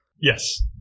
Yes